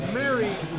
married